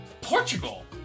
Portugal